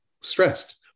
stressed